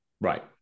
Right